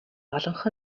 олонх